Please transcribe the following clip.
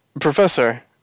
Professor